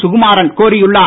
சுகுமாறன் கோரியுள்ளார்